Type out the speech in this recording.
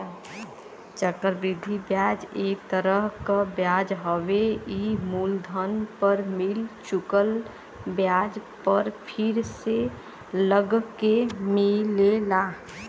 चक्र वृद्धि ब्याज एक तरह क ब्याज हउवे ई मूलधन पर मिल चुकल ब्याज पर फिर से लगके मिलेला